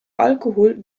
alkohol